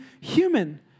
human